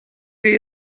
chi